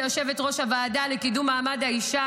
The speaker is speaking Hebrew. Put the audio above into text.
כיושבת-ראש הוועדה לקידום מעמד האישה,